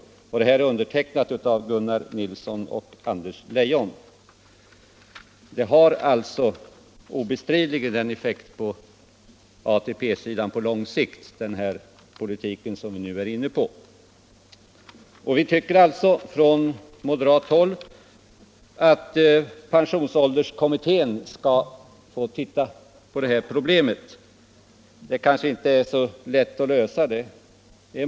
Yttrandet är undertecknat av Gunnar Nilsson och Anders Leion. Den politik som man nu börjat föra har alltså på lång sikt obestridligen sådan effekt på ATP-sidan. På moderat håll anser vi att pensionsålderskommittén skall få studera det här problemet. Det är kanske inte så lätt att lösa.